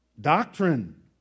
doctrine